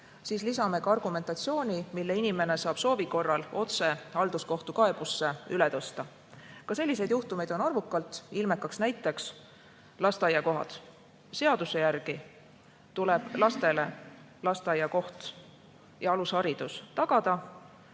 siis lisame argumentatsiooni, mille inimene saab soovi korral otse halduskohtu kaebusse üle tõsta. Ka selliseid juhtumeid on arvukalt. Ilmekaks näiteks lasteaiakohad. Seaduse järgi tuleb igale lapsele tagada lasteaiakoht ja alusharidus.